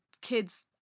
kids